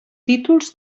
títols